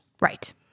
right